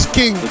king